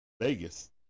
Vegas